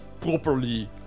properly